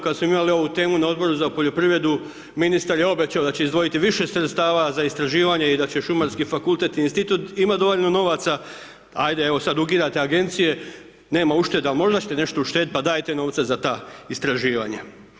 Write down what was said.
Kad smo imali ovu temu na Odboru za poljoprivredu, ministar je obećao da će izdvojiti više sredstava za istraživanje i da će Šumarski fakultet i Institut imat dovoljno novaca, ajde evo, sad ukidate Agencije, nema ušteda, možda ćete nešto uštedjeti, pa dajte novca za ta istraživanja.